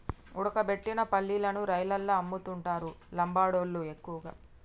ఉడకబెట్టిన పల్లీలను రైలల్ల అమ్ముతుంటరు లంబాడోళ్ళళ్లు ఎక్కువగా